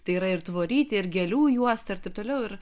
tai yra ir tvorytė ir gėlių juosta ir taip toliau ir